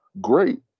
great